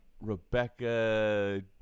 Rebecca